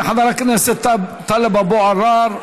חבר הכנסת טאלב אבו עראר,